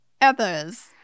others